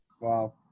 Wow